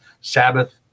Sabbath